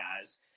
guys